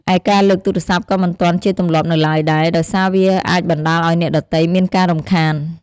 ឯការលើកទូរសព្ទក៏មិនទាន់ជាទម្លាប់នៅឡើយដែរ ដោយសារវាអាចបណ្តាលអោយអ្នកដទៃមានការរំខាន ។